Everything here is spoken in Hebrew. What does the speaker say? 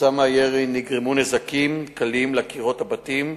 כתוצאה מהירי נגרמו נזקים קלים לקירות הבתים,